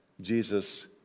Jesus